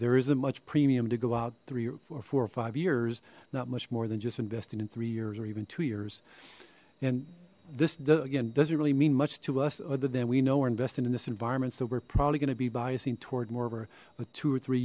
there is a much premium to go out three or four or five years not much more than just investing in three years or even two years and this again doesn't really mean much to us other than we know or investment in this environment so we're probably going to be biasing toward more over a two or three